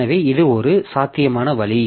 எனவே இது ஒரு சாத்தியமான வழி